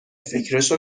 فکرشو